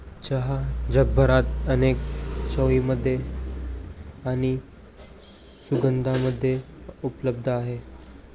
चहा जगभरात अनेक चवींमध्ये आणि सुगंधांमध्ये उपलब्ध आहे